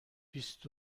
بیست